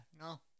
no